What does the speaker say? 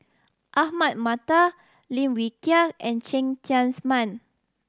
Ahmad Mattar Lim Wee Kiak and Cheng Tsang Man